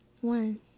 One